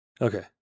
Okay